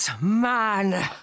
man